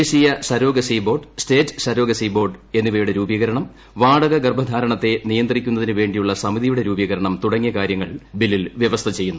ദേശീയ surrogacy board state surrogacy board സമിതിയുടെ രൂപീകരണം വാടക ഗർഭധാരണത്തെ നിയന്ത്രിക്കുന്നതിനു വേ ിയുള്ള സമിതിയുടെ രൂപീകരണം തുടങ്ങിയ കാര്യങ്ങൾ ബില്ലിൽ വൃവസ്ഥ ചെയ്യുന്നു